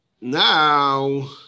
now